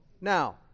Now